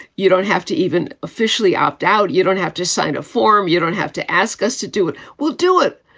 you don't have to even officially opt out. you don't have to sign a form. you don't have to ask us to do it. we'll do it.